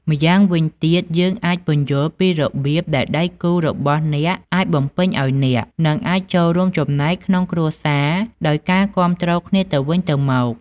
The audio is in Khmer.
ម្យ៉ាងវិញទៀត យើងអាចពន្យល់ពីរបៀបដែលដៃគូរបស់អ្នកអាចបំពេញឱ្យអ្នក និងអាចចូលរួមចំណែកក្នុងគ្រួសារដោយការគាំទ្រគ្នាទៅវិញទៅមក។